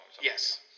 Yes